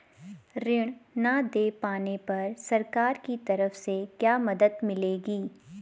ऋण न दें पाने पर सरकार की तरफ से क्या मदद मिलेगी?